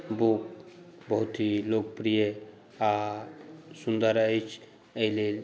book बहुत ही लोकप्रिय आ सुन्दर अछि एहि लेल